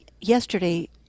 Yesterday